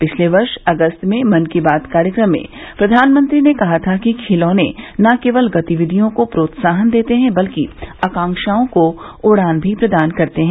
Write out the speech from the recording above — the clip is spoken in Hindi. पिछले वर्ष अगस्त में मन की बात कार्यक्रम में प्रधानमंत्री ने कहा था कि खिलौने न केवल गतिविधियों को प्रोत्साहन देते हैं बल्कि आकांक्षाओं को उडान भी प्रदान करते हैं